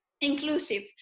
inclusive